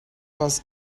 was